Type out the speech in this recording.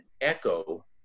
echo